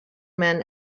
man